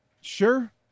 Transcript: Sure